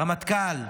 רמטכ"ל,